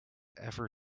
ever